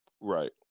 Right